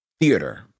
theater